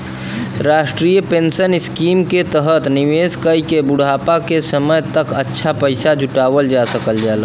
राष्ट्रीय pension scheme के तहत निवेश कइके बुढ़ापा क समय तक अच्छा पैसा जुटावल जा सकल जाला